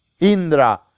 indra